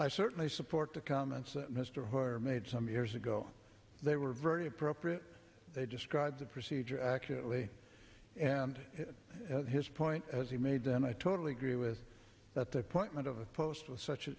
i certainly support the comments that mr hoyer made some years ago they were very appropriate they described the procedure accurately and his point as he made then i totally agree with that the appointment of a post with such a